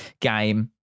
game